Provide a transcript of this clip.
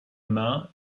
main